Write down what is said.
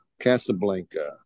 Casablanca